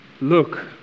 look